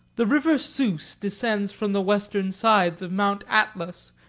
the river suz descends from the western sides of mount atlas,